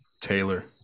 Taylor